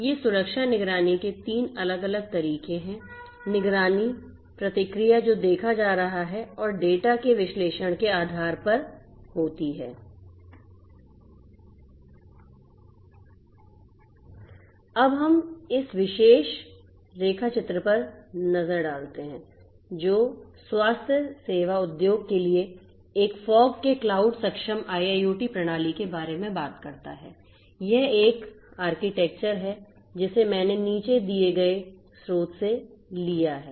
ये सुरक्षा निगरानी के 3 अलग अलग तरीके हैं निगरानी प्रतिक्रिया जो देखा जा रहा है और डेटा के विश्लेषण के आधार पर होती है अब हम इस विशेष रेखा चित्र पर नज़र डालते हैं जो स्वास्थ सेवा उद्योग के लिए एक फोग के क्लाउड सक्षम IIoT प्रणाली के बारे में बात करता है यह एक आर्किटेक्चर है जिसे मैंने नीचे दिए गए स्रोत से लिया है